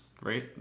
right